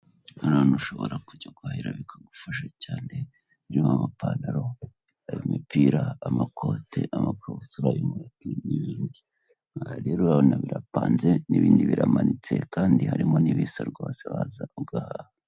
Hari ahantu ushobora kujya kuhahahira bikagufasha cyane haha amapantaro , imipira ,amakote ,amakabutura y'umuti n'indi rero birapanze n'ibindi biramanitse kandi harimo n'ibisa rwose waza ugahaha.